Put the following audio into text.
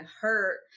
hurt